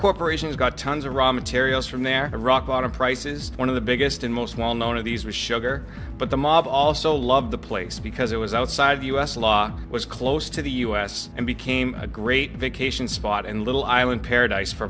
corporations got tons of raw materials from their rock bottom prices one of the biggest and most well known of these was sugar but the mob also loved the place because it was outside of us law was close to the us and became a great vacation spot and little island paradise for